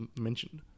mentioned